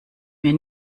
mir